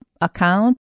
account